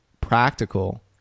practical